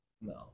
No